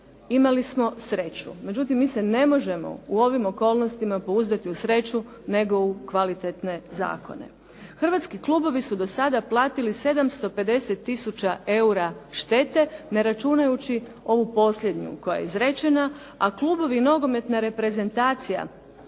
Imali smo sreću. Međutim, mi se ne možemo u ovim okolnostima pouzdati u sreću, nego u kvalitetne zakone. Hrvatski klubovi su do sada platili 750000 eura štete ne računajući ovu posljednju koja je izrečena, a klubovi nogometnih reprezentacija